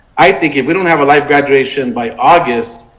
i think if we don't have a live graduation by august.